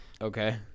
okay